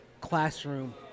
classroom